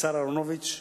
השר אהרונוביץ,